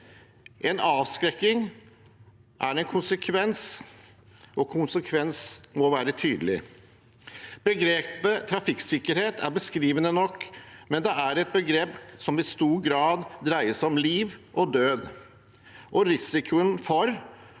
En avskrekking er en konsekvens, og konsekvensen må være tydelig. Begrepet trafikksikkerhet er beskrivende nok, men det er et begrep som i stor grad dreier seg om liv og død og om risikoen for at